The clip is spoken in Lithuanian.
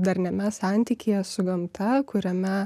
darniame santykyje su gamta kuriame